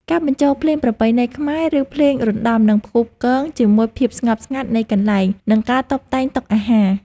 ការបញ្ចូលភ្លេងប្រពៃណីខ្មែរ ឬភ្លេងរណ្ដំនឹងផ្គូផ្គងជាមួយភាពស្ងប់ស្ងាត់នៃកន្លែង និងការតុបតែងតុអាហារ។